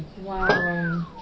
Wow